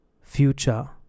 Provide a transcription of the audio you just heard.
future